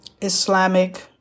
Islamic